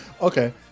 Okay